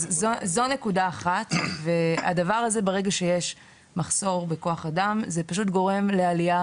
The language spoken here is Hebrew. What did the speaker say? זו נקודה אחת והדבר הזה ברגע שיש מחסור בכוח אדם זה פשוט גורם לעלייה